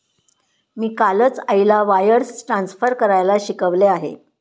मी कालच आईला wires transfer करायला शिकवले आहे